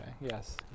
Yes